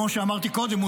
כמו שאמרתי קודם,